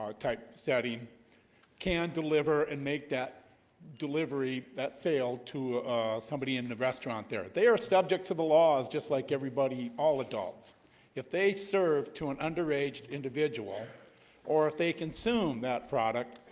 type setting can deliver and make that delivery that sale to somebody in the restaurant there they are subject to the laws just like everybody all adults if they serve two and underaged individual or if they consume that product